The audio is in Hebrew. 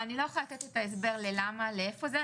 אני לא יכולה לתת את ההסבר ללמה, לאיפה זה.